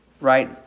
Right